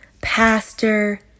pastor